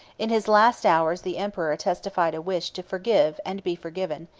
in his last hours the emperor testified a wish to forgive and be forgiven,